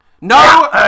No